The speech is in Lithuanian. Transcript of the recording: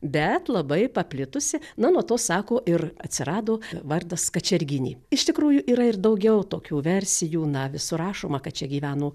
bet labai paplitusi na nuo to sako ir atsirado vardas kačerginė iš tikrųjų yra ir daugiau tokių versijų na visur rašoma kad čia gyveno